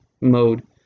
mode